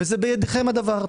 ובידיכם הדבר.